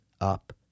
up